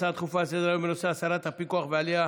הצעה דחופה לסדר-היום בנושא: הסרת הפיקוח ועלייה